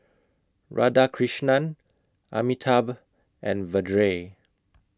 Radhakrishnan Amitabh and Vedre